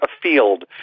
afield